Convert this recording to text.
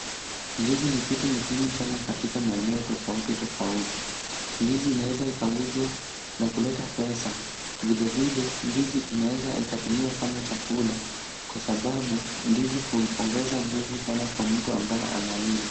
Ndizi ni kitu muhimu sana katika maeneo tofauti tofauti, ndizi inaweza ikauzwa na kuleta pesa, vilevile ndizi inaweza ikatumiwa kama chakula kwa sababu ndizi huongeza nguvu sana kwa mtu ambaye anaila.